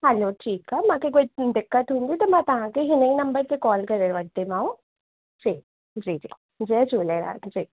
हलो ठीकु आहे मांखे कोई दिक़त हूंदी त मां तव्हांखे हिन ई नम्बर ते कॉल करे वठंदीमांव जी जी जी जय झूलेलाल जी